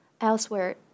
Elsewhere